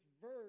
verse